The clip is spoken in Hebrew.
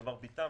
למרביתם,